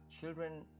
children